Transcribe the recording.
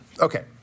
Okay